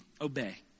obey